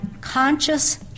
conscious